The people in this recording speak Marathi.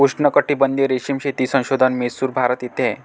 उष्णकटिबंधीय रेशीम शेती संशोधन म्हैसूर, भारत येथे आहे